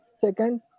Second